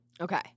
Okay